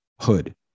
hood